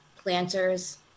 planters